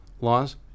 laws